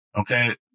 okay